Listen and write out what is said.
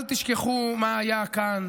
אל תשכחו מה היה כאן